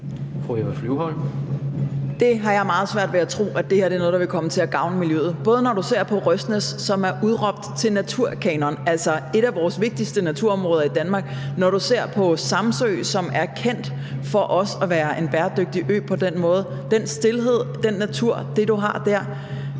Jeg har meget svært ved at tro, at det her er noget, der vil komme til at gavne miljøet – hverken når du ser på Røsnæs, som er udråbt til naturkanon, altså et af vores vigtigste naturområder i Danmark, og når du ser på Samsø, som også er kendt for at være en bæredygtig ø på den måde. Den stilhed, den natur, og det, som du har der,